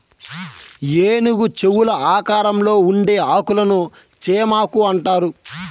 ఏనుగు చెవుల ఆకారంలో ఉండే ఆకులను చేమాకు అంటారు